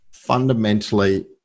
fundamentally